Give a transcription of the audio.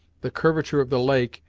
the curvature of the lake,